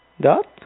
Dot